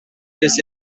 this